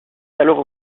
alors